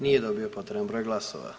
Nije dobio potreban broj glasova.